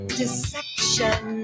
deception